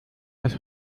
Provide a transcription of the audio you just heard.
ist